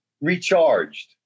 recharged